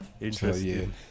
Interesting